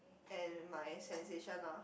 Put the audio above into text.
and my sensation ah